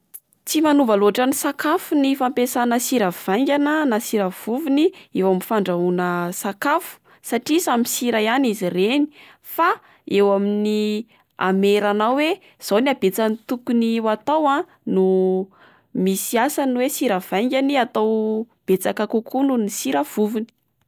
Tsy manova loatra ny sakafo ny fampesana sira vaingana na sira vovony eo amin'ny fandrahoana sakafo satria samy sira ihany izy ireny fa eo amin'ny ameranao oe izao no abetsan' ny tokony ho atao a no misy asan'ny oe sira vaingany atao betsaka kokoa noho ny sira vovony.